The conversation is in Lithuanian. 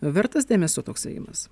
vertas dėmesio toks ėjimas